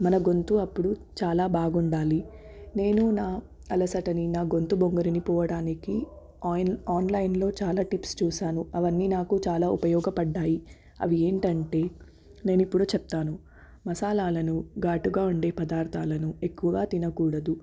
మన గొంతు అప్పుడు చాలా బాగుండాలి నేను నా అలసటని నా గొంతు బొంగురుని పోవడానికి ఆయిల్ ఆన్లైన్లో చాలా టిప్స్ చూసాను అవన్నీ నాకు చాలా ఉపయోగపడ్డాయి అవి ఏంటంటే నేనిప్పుడు చెప్తాను మసాలాలను ఘాటుగా ఉండే పదార్దాలను ఎక్కువగా తినకూడదు